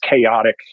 chaotic